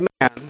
man